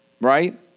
right